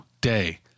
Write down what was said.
Day